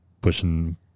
pushing